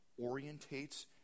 orientates